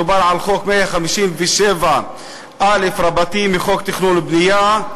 מדובר על סעיף 157א בחוק התכנון והבנייה,